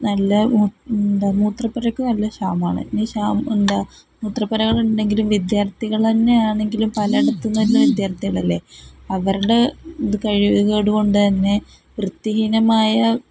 നല്ല എന്താണ് മൂത്രപ്പുരയ്ക്കു നല്ല ക്ഷാമമാണ് ഇനി എന്താണ് മൂത്രപ്പുരകളുണ്ടെങ്കിലും വിദ്യാർത്ഥികളന്നെയാണെങ്കിലും പലേടത്തുനിന്നുള്ള വിദ്യാർത്ഥികളല്ലേ അവരുടെ ഇത് കഴിവുകേടുകൊണ്ടുതന്നെ വൃത്തിഹീനമായ